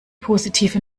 positive